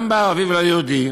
גם באביב במגזר הלא-יהודי.